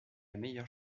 meilleure